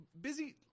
busy